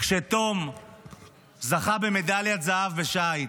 כשתום זכה במדליית זהב בשיט